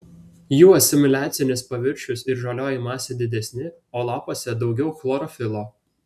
jų asimiliacinis paviršius ir žalioji masė didesni o lapuose daugiau chlorofilo